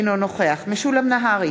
אינו נוכח משולם נהרי,